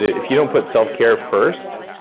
if you don't put self-care first,